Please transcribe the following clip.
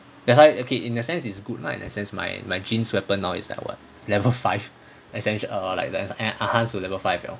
that's why okay in a sense is good right in my sense my my jean weapon is like now like what level five as in as in err like err I enhance to level five liao